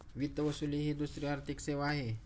वित्त वसुली ही दुसरी आर्थिक सेवा आहे